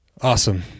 Awesome